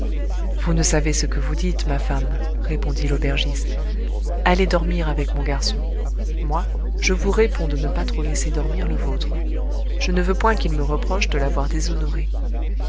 vous ne savez ce que vous dites ma femme répondit l'aubergiste allez dormir avec mon garçon moi je vous réponds de ne pas trop laisser dormir le vôtre je ne veux point qu'il me reproche de l'avoir déshonoré